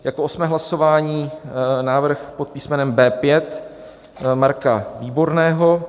Jako 8. hlasování návrh pod písmenem B5 Marka Výborného.